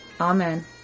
Amen